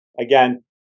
again